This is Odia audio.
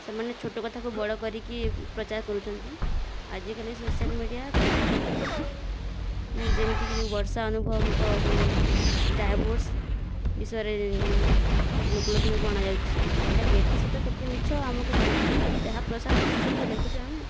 ସେମାନେ ଛୋଟ କଥାକୁ ବଡ଼ କରିକି ପ୍ରଚାର କରୁଛନ୍ତି ଆଜିକାଲି ସୋସିଆଲ ମିଡ଼ିଆ କଥା କୁହନ୍ତୁନି ଯେମିତି କି ଯେଉଁ ବର୍ଷା ଅନୁଭବଙ୍କ ଯେଉଁ ଡାଇଭର୍ସ ବିଷୟରେ ଲୋକଲୋଚନକୁ ଅଣାଯାଉଛି ସେଟା କେତେ ସତ କେତେ ମିଛ ଆମକୁ ଜଣାନାହିଁ ଯାହା ପ୍ରସାର ହେଉଛି ସେ ସବୁକୁ ଦେଖୁଛୁ ଆମେ